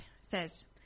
says